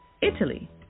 Italy